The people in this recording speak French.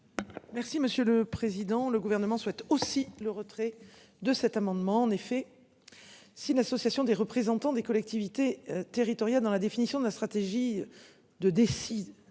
Merci monsieur le président. Le gouvernement souhaite aussi le retrait de cet amendement. En effet. Si l'association des représentants des collectivités territoriales dans la définition de la stratégie. De décide